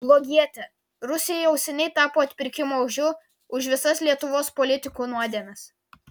blogietė rusija jau seniai tapo atpirkimo ožiu už visas lietuvos politikų nuodėmes